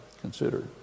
considered